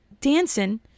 dancing